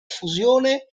fusione